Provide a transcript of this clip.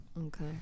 Okay